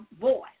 voice